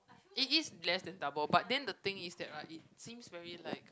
it is less than double but then the thing is that right it seems very like